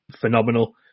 phenomenal